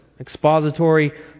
Expository